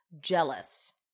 jealous